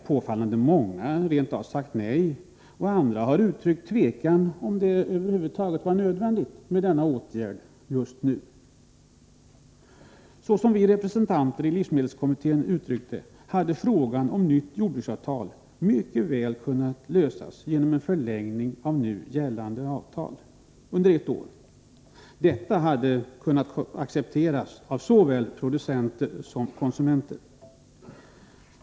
Påfallande många har sagt nej, och andra har uttryckt tvivel om huruvida denna åtgärd var nödvändig just nu. Frågan om ett nytt jordbruksavtal hade, såsom vi reservanter i livsmedelskommittén har uttryckt det, mycket väl kunnat lösas genom en förlängning av nu gällande avtal med ett år. Detta hade kunnat accepteras av såväl producenter som konsumenter.